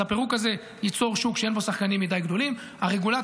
אז הפירוק הזה ייצור שוק שאין בו שחקנים גדולים מדי,